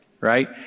right